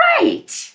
right